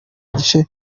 gice